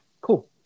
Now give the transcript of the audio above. Cool